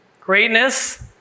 Greatness